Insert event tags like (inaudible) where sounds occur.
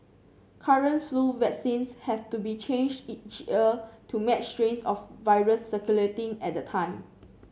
current flu vaccines have to be changed each (unintelligible) to match strains of virus circulating at the time